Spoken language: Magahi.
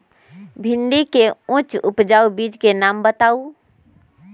भिंडी के उच्च उपजाऊ बीज के नाम बताऊ?